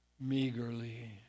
meagerly